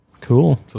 Cool